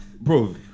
bro